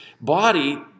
body